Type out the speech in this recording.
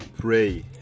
pray